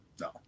No